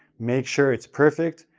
make sure it's perfect,